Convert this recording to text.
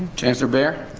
chancellor behr?